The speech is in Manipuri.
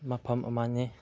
ꯃꯐꯝ ꯑꯃꯅꯤ